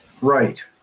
Right